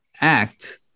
act